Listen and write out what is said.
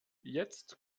jetzt